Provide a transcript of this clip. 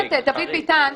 הכנסת דוד ביטן,